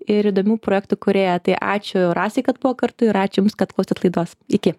ir įdomių projektų kūrėją tai ačiū rasai kad buvo kartu ir ačiū jums kad klausėt laidos iki